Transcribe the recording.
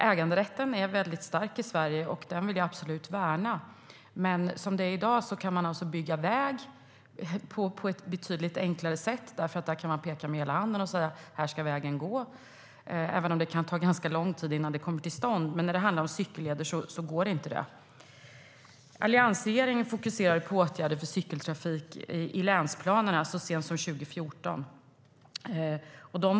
Äganderätten är väldigt stark i Sverige, och den vill jag absolut värna. Men som det är i dag kan man bygga väg på ett betydligt enklare sätt, därför att då kan man peka med hela handen och säga att här ska vägen gå, även om det kan ta ganska lång tid innan vägen kommer till stånd. Men när det handlar om cykelleder går inte det. Alliansregeringen fokuserade på åtgärder för cykeltrafik i länsplanerna så sent som 2014.